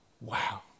Wow